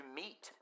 meet